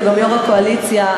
שהוא גם יושב-ראש הקואליציה,